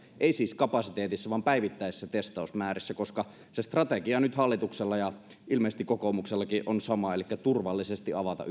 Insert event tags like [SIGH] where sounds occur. ei siis kapasiteetissa vaan päivittäisissä testausmäärissä se strategia nyt hallituksella ja ilmeisesti kokoomuksellakin on sama elikkä turvallisesti avata [UNINTELLIGIBLE]